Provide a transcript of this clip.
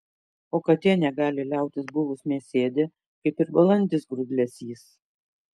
o katė negali liautis buvus mėsėdė kaip ir balandis grūdlesys